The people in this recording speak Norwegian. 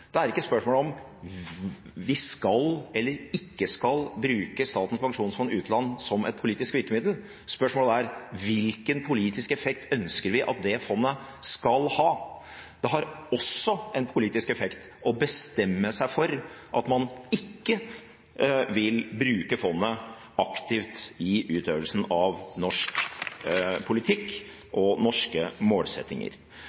Det er ikke spørsmål om vi skal eller ikke skal bruke Statens pensjonsfond utland som et politisk virkemiddel. Spørsmålet er: Hvilken politisk effekt ønsker vi at det fondet skal ha? Det har også en politisk effekt å bestemme seg for at man ikke vil bruke fondet aktivt i utøvelsen av norsk politikk og norske målsettinger.